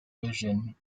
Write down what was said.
vision